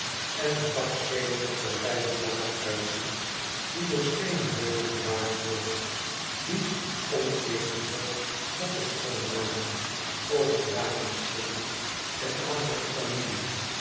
en met baksteenen geplaveide plaats uitziet die door steenen leeuwen bewaakt wordt die oneerbiedig bokkensprongen maken over de wapenschilden der adellijke familie